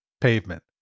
pavement